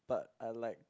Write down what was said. but I like